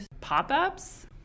pop-ups